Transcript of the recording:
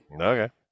Okay